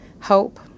hope